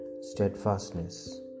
steadfastness